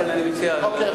לכן אני מציע, אוקיי.